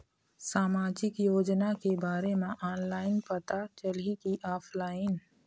सामाजिक योजना के बारे मा ऑनलाइन पता चलही की ऑफलाइन?